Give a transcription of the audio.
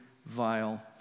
vile